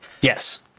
Yes